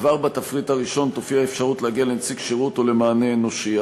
כבר בתפריט הראשון תופיע האפשרות להגיע לנציג שירות או למענה אנושי.